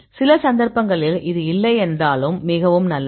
சில சந்தர்ப்பங்களில் அது இல்லை என்றாலும் மிகவும் நல்லது